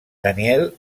daniel